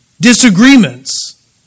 Disagreements